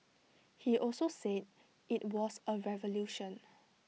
he also said IT was A revolution